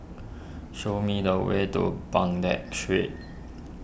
show me the way to Baghdad Street